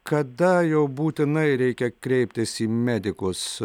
kada jau būtinai reikia kreiptis į medikus